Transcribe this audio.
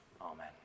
Amen